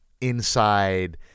inside